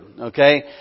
Okay